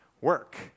Work